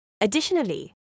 Additionally